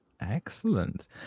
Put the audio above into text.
excellent